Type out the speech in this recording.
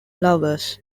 lovers